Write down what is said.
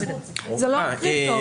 זה לא רק קריטו.